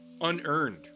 unearned